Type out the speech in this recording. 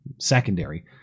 secondary